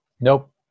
nope